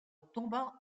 tomba